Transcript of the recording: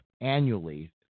annually